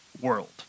world